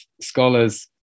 scholars